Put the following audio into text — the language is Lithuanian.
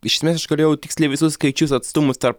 iš esmės aš galėjau tiksliai visus skaičius atstumus tarp